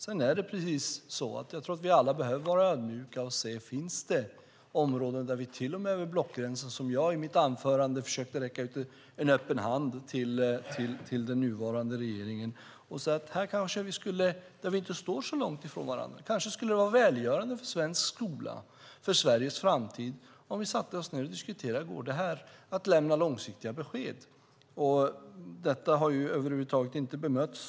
Sedan är det precis så att vi alla behöver vara ödmjuka och se om det finns områden där vi till och med över blockgränserna kan göra något. I mitt anförande försökte jag sträcka ut en öppen hand till den nuvarande regeringen och säga att vi kanske skulle kunna göra något här, eftersom vi inte står så långt ifrån varandra. Kanske skulle det vara välgörande för svensk skola och för Sveriges framtid om vi satte oss ned och diskuterade om det går att lämna långsiktiga besked. Detta har över huvud taget inte bemötts.